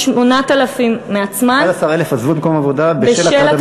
11,000 עזבו את מקום העבודה בשל הטרדה מינית?